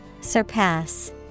Surpass